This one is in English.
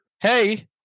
Hey